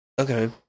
okay